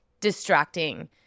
distracting